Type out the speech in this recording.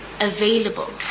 available